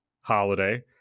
holiday